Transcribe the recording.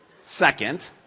Second